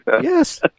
Yes